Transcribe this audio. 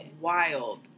wild